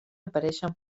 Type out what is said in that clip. apareixen